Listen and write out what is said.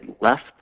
left